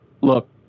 Look